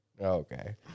Okay